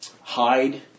hide